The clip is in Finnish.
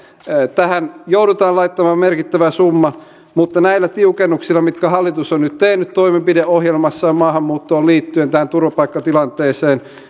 tähän joudutaan laittamaan merkittävä summa mutta näillä tiukennuksilla mitkä hallitus on nyt tehnyt toimenpideohjelmassaan maahanmuuttoon liittyen tähän turvapaikkatilanteeseen